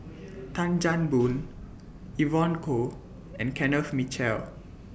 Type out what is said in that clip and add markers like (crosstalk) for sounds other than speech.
(noise) Tan Chan (noise) Boon Evon Kow and Kenneth Mitchell